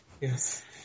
Yes